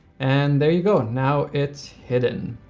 and there you go, now it's hidden.